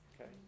Okay